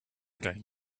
going